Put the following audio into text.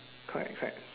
correct correct